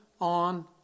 on